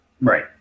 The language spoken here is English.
Right